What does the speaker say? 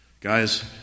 Guys